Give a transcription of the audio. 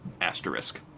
asterisk